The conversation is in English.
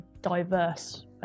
diverse